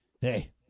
hey